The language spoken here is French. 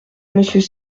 monsieur